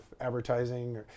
advertising